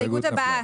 ההסתייגות הבאה,